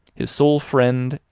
his sole friend,